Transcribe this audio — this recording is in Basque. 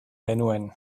genuen